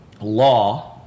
law